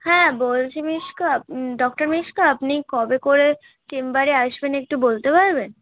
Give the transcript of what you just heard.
হ্যাঁ বলছি মিশকা ডক্টর মিশকা আপনি কবে করে চেম্বারে আসবেন একটু বলতে পারবেন